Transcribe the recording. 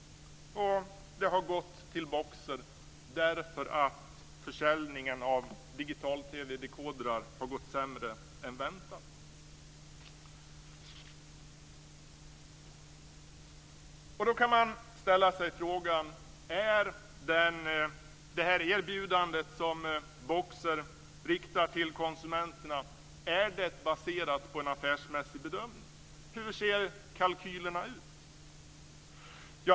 Och det har gått till Boxer därför att försäljningen av digital TV-dekodrar har gått sämre än väntat. Då kan man ställa sig frågan: Är det erbjudande som Boxer riktar till konsumenterna baserat på en affärsmässig bedömning? Hur ser kalkylerna ut?